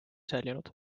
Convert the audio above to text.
säilinud